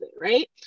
right